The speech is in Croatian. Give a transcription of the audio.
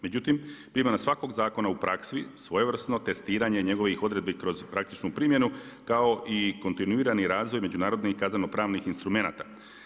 Međutim, primjena svakog zakona u praksi svojevrsno testiranje njegovih odredbi kroz praktičnu primjenu kao i kontinuirani razvoj međunarodnih i kazneno-pravnih instrumenata.